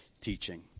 teaching